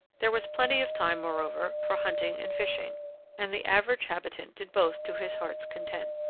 there was plenty of time, moreover, for hunting and fishing and the average habitant did both to his heart's content.